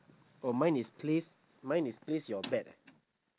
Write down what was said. oh mine is place mine is place your bet eh